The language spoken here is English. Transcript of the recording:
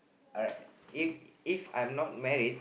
alright if If I am not married